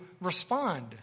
respond